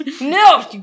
No